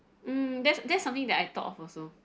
mm that's that's something that I thought of also